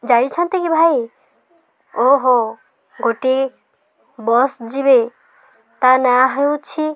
ଜାଇଛନ୍ତି କି ଭାଇ ଓହୋ ଗୋଟିଏ ବସ୍ ଯିବେ ତା ନାଁ ହେଉଛି